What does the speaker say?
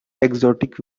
exotic